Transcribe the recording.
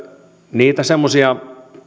niitä semmoisia